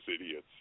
idiots